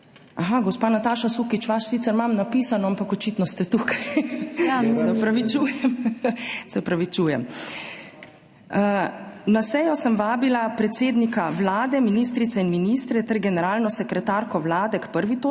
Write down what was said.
Aha, gospa Nataša Sukič, vaš sicer imam napisano, ampak očitno ste tukaj, ja, se opravičujem, se opravičujem. Na sejo sem vabila predsednika Vlade, ministrice in ministre ter generalno sekretarko Vlade k 1. točki